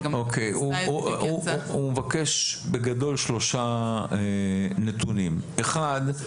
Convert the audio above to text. הוא מבקש שלושה נתונים: אחד,